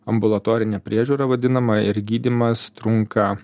ambulatorinė priežiūra vadinama ir gydymas trunka